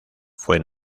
fue